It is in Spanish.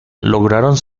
lograron